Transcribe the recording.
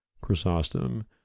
Chrysostom